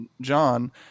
John